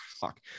Fuck